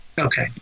Okay